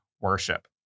worship